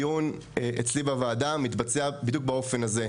הדיון אצלי בוועדה מתבצע בדיוק באופן הזה.